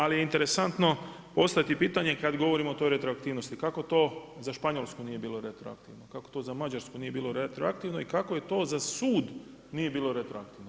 Ali je interesantno postaviti pitanje kada govorimo o toj retroaktivnosti, kako to za Španjolsku nije bilo retroaktivno, kako to za Mađarsku nije bilo retroaktivnu i kako to za sud nije bilo retroaktivno.